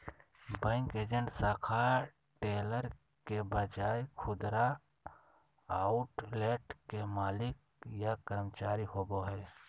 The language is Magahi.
बैंक एजेंट शाखा टेलर के बजाय खुदरा आउटलेट के मालिक या कर्मचारी होवो हइ